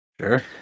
Sure